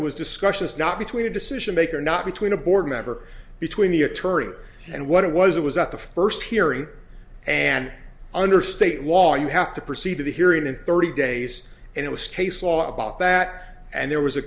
just was question is not between a decision maker not between a board member between the attorney and what it was it was at the first hearing and under state law you have to proceed to the hearing in thirty days and it was case law about that and there was a